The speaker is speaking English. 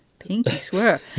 pinky swear.